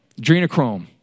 Adrenochrome